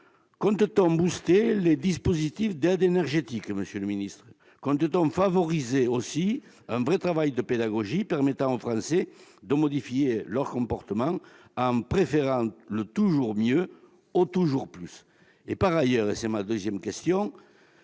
Compte-t-on booster les dispositifs d'aides énergétiques, monsieur le ministre d'État ? Compte-t-on favoriser aussi un vrai travail de pédagogie, permettant aux Français de modifier leur comportement en préférant le toujours mieux au toujours plus ?